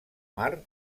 mar